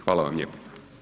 Hvala vam lijepa.